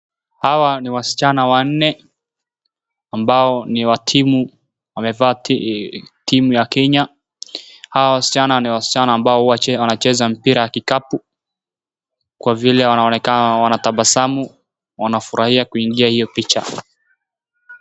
Hawa ni wasichana wanne ambao ni wa timu wamevaa timu ya Kenya. Hawa wasichana ni wasichana ambao wanacheza mpira ya kikapu kwa vile wanaonekana wanatabasumu, wanafurahia kuingia hiyo picha.